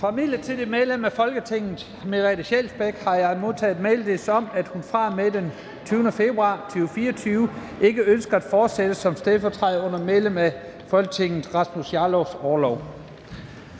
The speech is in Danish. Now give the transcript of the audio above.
Fra midlertidigt medlem af Folketinget Merete Scheelsbeck (KF) har jeg modtaget meddelelse om, at hun fra og med den 20. februar 2024 ikke ønsker at fortsætte som stedfortræder under medlem af Folketinget Rasmus Jarlovs orlov.